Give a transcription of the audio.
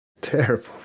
Terrible